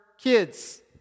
kids